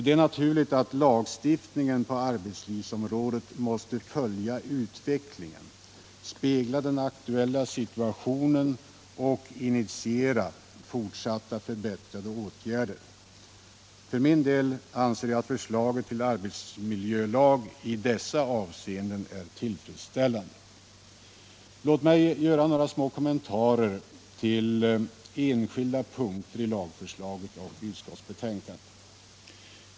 Det är naturligt att lagstiftningen på arbetslivsområdet måste följa utvecklingen, spegla den aktuella situationen och initiera till fortsatta och förbättrade åtgärder. Förslaget till arbetsmiljölag är i dessa avseenden tillfredsställande. Låt mig bara göra några små kommentarer till enskilda punkter i lagförslaget och utskottsbetänkandet.